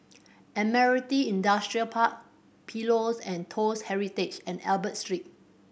Admiralty Industrial Park Pillows and Toast Heritage and Albert Street